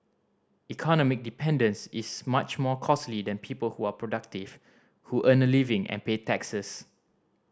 economic dependence is much more costly than people who are productive who earn a living and pay taxes